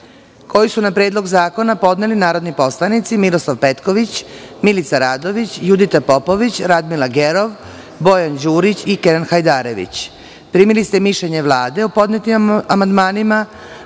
koje su na Predlog zakona podneli narodni poslanici: Miroslav Petković, Milica Radović, Judita Popović, Radmila Gerov, Bojan Đurić i Kenan Hajdarević. Primili ste mišljenje Vlade o podnetim amandmanima. Pošto